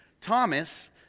Thomas